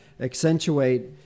accentuate